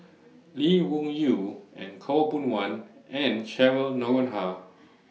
Lee Wung Yew and Khaw Boon Wan and Cheryl Noronha